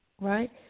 right